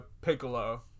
Piccolo